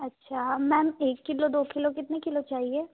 अच्छा मैम एक किलो दो किलो कितने किलो चाहिए